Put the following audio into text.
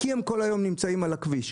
כי הם כל היום נמצאים על הכביש.